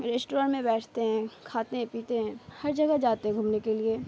restaurant میں بیٹھتے ہیں کھاتے پیتے ہیں ہر جگہ جاتے ہیں گھومنے کے لیے